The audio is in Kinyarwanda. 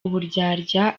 uburyarya